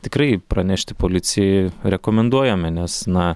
tikrai pranešti policijai rekomenduojame nes na